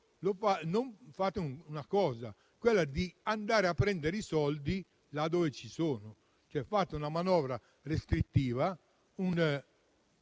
non fate una cosa: andare a prendere i soldi là dove ci sono. Fate una manovra restrittiva,